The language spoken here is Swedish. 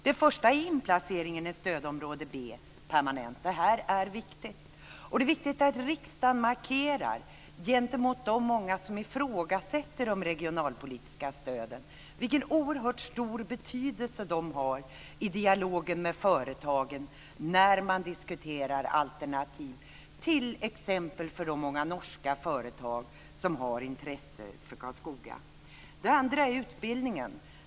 Det första är att inplaceringen i Stödområde B blir permanent. Det här är viktigt. Det är viktigt att riksdagen markerar gentemot de många som ifrågasätter de regionalpolitiska stöden vilken oerhört stor betydelse de har i dialogen med företag. Så är det t.ex. när man diskuterar alternativ för de många norska företag som har intresse för Karlskoga. Det andra är utbildningen.